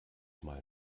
mal